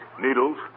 Needles